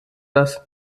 das